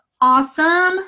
Awesome